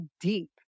deep